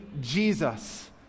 Jesus